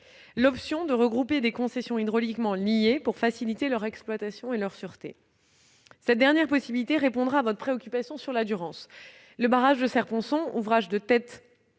l'option de regrouper des concessions hydrauliquement liées pour faciliter leur exploitation et leur sûreté. Cette dernière possibilité répondra, monsieur le sénateur, à votre préoccupation sur la Durance. Le barrage de Serre-Ponçon, ouvrage de tête